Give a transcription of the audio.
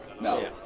No